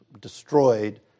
destroyed